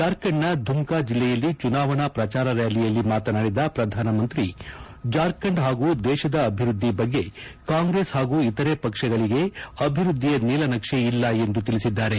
ಜಾರ್ಖಂಡ್ನ ಧುಮ್ಕಾ ಜಿಲ್ಲೆಯಲ್ಲಿ ಚುನಾವಣಾ ಪ್ರಚಾರ ರ್ಕಾಲಿಯಲ್ಲಿ ಮಾತನಾಡಿದ ಪ್ರಧಾನಮಂತ್ರಿ ಜಾರ್ಖಂಡ್ ಹಾಗೂ ದೇಶದ ಅಭಿವೃದ್ಧಿಯ ಬಗ್ಗೆ ಕಾಂಗ್ರೆಸ್ ಹಾಗೂ ಇತರೆ ಪಕ್ಷಗಳಿಗೆ ಅಭಿವೃದ್ಧಿ ನೀಲನಕ್ಷೆ ಇಲ್ಲ ಎಂದು ತಿಳಿಸಿದ್ದಾರೆ